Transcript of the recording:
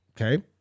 Okay